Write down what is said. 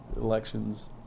elections